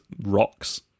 rocks